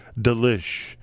delish